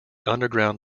underground